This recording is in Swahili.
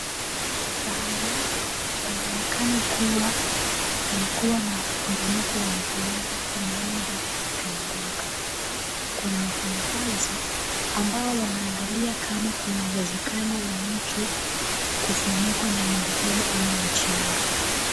Pahali hapa panaonekana kuwa palikua na mporomoko wa udongo, nyumba ikaanguka, kuna wafanyikazi ambao wanaangalia kama kuna uwezekano wa mtu kufunikwa na nyumba hiyo ama mchanga.